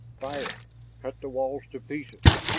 fire cut the walls to pieces!